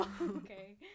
okay